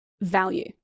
value